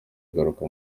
kugaruka